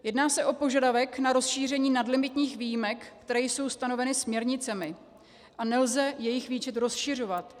Jedná se o požadavek na rozšíření nadlimitních výjimek, které jsou stanoveny směrnicemi, a nelze jejich výčet rozšiřovat.